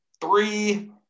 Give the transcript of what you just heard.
three